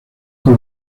con